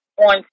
on